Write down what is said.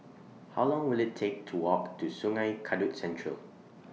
How Long Will IT Take to Walk to Sungei Kadut Central